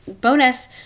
bonus